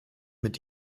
mit